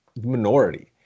minority